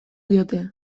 diote